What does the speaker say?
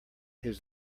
his